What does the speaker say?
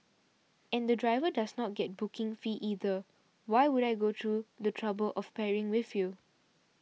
and the driver does not get booking fee either why would I go through the trouble of pairing with you